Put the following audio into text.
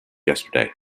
yesterday